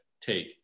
take